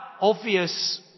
obvious